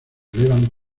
elevan